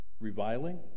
reviling